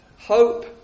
hope